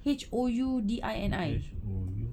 H O U D I N I